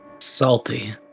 Salty